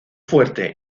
fuerte